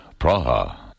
Praha